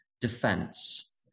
defense